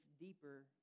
deeper